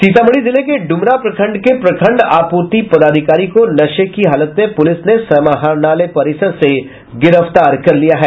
सीतामढ़ी जिले के डुमरा प्रखंड के प्रखंड आपूर्ति पदाधिकारी को नशे की हालत में पूलिस ने समाहरणालय परिसर से गिरफ्तार कर लिया है